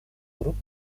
групп